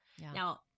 Now